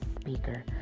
speaker